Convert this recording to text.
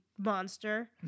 Monster